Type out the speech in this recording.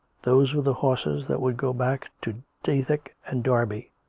those were the horses that would go back to dethick and derby,